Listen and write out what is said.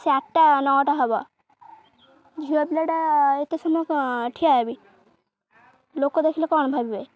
ସେ ଆଠଟା ନଅଟା ହବ ଝିଅ ପିଲାଟା ଏତେ ସମୟ କ'ଣ ଠିଆ ହେବି ଲୋକ ଦେଖିଲେ କ'ଣ ଭାବିବେ